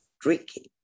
drinking